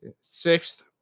sixth